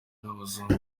n’abazungu